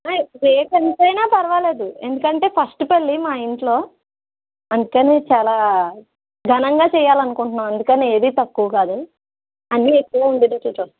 rate ఎంతైనా పర్వాలేదు ఎందుకంటే ఫస్ట్ పెళ్లి మా ఇంట్లో అందుకని చాలా ఘనంగా చెయ్యాలి అనుకుంటున్నాము అందుకని ఏదీ తక్కువ కాదు అన్నీ ఎక్కువే ఉండేటట్లు చూడండి